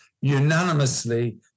unanimously